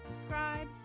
subscribe